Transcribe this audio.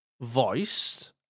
voiced